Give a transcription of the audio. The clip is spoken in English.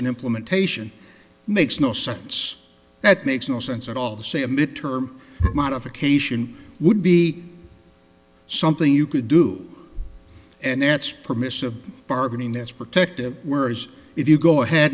an implementation makes no sense that makes no sense at all to say a mid term modification would be something you could do and that's permissive bargaining that's protective words if you go ahead